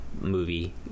movie